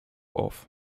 off